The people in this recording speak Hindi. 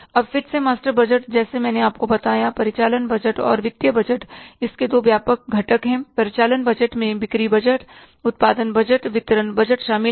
अब फिर से मास्टर बजट जैसे मैंने आपको बताया परिचालन बजट और वित्तीय बजट इसके दो व्यापक घटक हैं परिचालन बजट में बिक्री बजट उत्पादन बजट वितरण बजट शामिल हैं